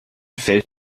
fällt